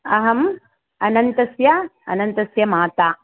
अहम् अनन्तस्य अनन्तस्य माता